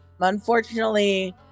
Unfortunately